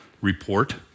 report